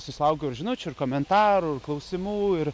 susilaukiau ir žinučių ir komentarų ir klausimų ir